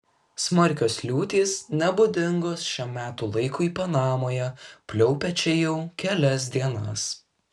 smarkios liūtys nebūdingos šiam metų laikui panamoje pliaupia čia jau kelias dienas